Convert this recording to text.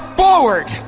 forward